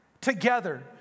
together